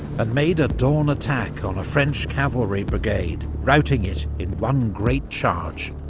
and made a dawn attack on a french cavalry brigade, routing it in one great charge.